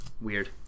Weird